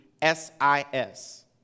S-I-S